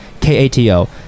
k-a-t-o